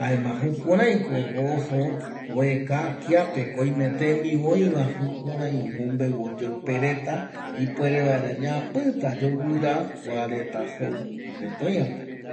jaema jukuraiko ojo oeka kiapeko oime tembiu oïa jukurai omombeu oyoƚpe reta ipere vaera ñapƚta yoguƚira jou jaereta oïape